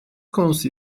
konusu